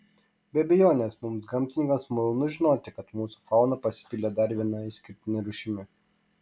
be abejonės mums gamtininkams malonu žinoti kad mūsų fauna pasipildė dar viena išskirtine rūšimi